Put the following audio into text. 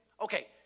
Okay